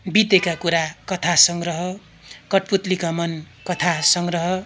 बितेका कुरा कथा सङ्ग्रह कठपुतलीको मन कथा सङ्ग्रह